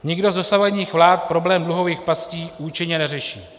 Nikdo z dosavadních vlád problém dluhových pastí účinně neřeší.